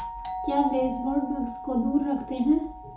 क्या baseboard bugs को दूर रखते हैं?